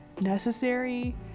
necessary